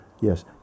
Yes